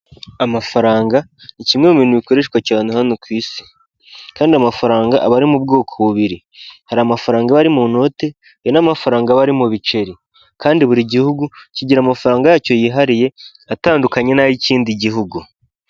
Amafaranga ni kimwe mu bintu bikoreshwa cyane hano ku isi kandi amafaranga aba ari mu bwoko bubiri; hari amafaranga aba ari mu note hari n'amafaranga aba ari mu biceri, kandi buri gihugu kigira amafaranga yacyo yihariye atandukanye n'ay'ikindi gihugu.